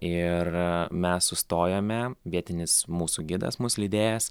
ir mes sustojame vietinis mūsų gidas mus lydėjęs